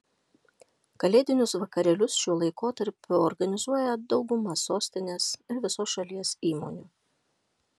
kalėdinius vakarėlius šiuo laikotarpiu organizuoja dauguma sostinės ir visos šalies įmonių